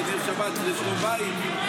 ונר שבת זה שלום בית,